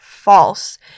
False